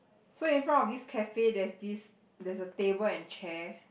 so in front of this cafe there's this there's a table and chair